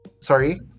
Sorry